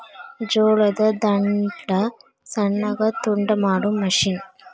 ಜೋಳದ ದಂಟ ಸಣ್ಣಗ ತುಂಡ ಮಾಡು ಮಿಷನ್